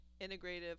integrative